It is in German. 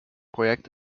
projekt